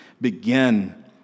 begin